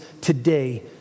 today